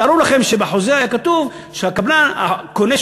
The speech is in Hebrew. תארו לכם שבחוזה היה כתוב שהקונה שקונה